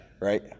Right